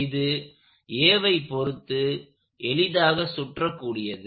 இது Aவை பொறுத்து எளிதாக சுற்ற கூடியது